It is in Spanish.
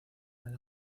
del